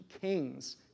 kings